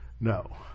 No